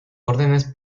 órdenes